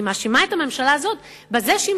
אני מאשימה את הממשלה הזאת בזה שהיא